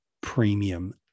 premium